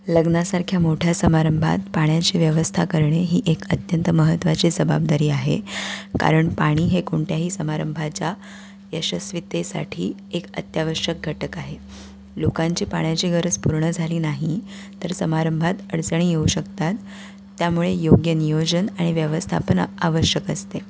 लग्नासारख्या मोठ्या समारंभात पाण्याची व्यवस्था करणे ही एक अत्यंत महत्त्वाची जबाबदारी आहे कारण पाणी हे कोणत्याही समारंभाच्या यशस्वितेसाठी एक अत्यावश्यक घटक आहे लोकांची पाण्याची गरज पूर्ण झाली नाही तर समारंभात अडचणी येऊ शकतात त्यामुळे योग्य नियोजन आणि व्यवस्थापन आवश्यक असते